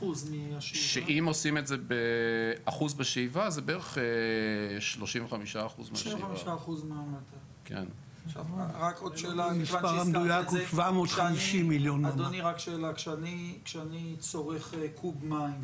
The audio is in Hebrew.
אם עושים את זה אחוז בשאיבה זה בערך 35%. כשאני צורך קוב מים,